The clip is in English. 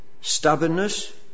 Stubbornness